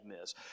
Miss